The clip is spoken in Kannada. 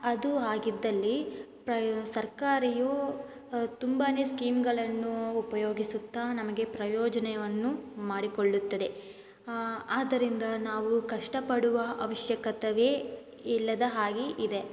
ಅದು ಆಗಿದ್ದಲ್ಲಿ ಪ್ರಯ್ ಸರ್ಕಾರವು ತುಂಬಾ ಸ್ಕೀಮ್ಗಳನ್ನೂ ಉಪಯೋಗಿಸುತ್ತಾ ನಮಗೆ ಪ್ರಯೋಜನವನ್ನು ಮಾಡಿಕೊಳ್ಳುತ್ತದೆ ಆದ್ದರಿಂದ ನಾವು ಕಷ್ಟ ಪಡುವ ಅವಶ್ಯಕತೆಯೇ ಇಲ್ಲದ ಹಾಗೆ ಇದೆ